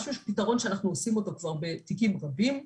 פתרון שאנחנו עושים אותו כבר בתיקים רבים.